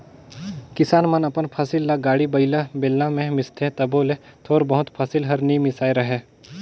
किसान मन अपन फसिल ल गाड़ी बइला, बेलना मे मिसथे तबो ले थोर बहुत फसिल हर नी मिसाए रहें